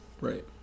Right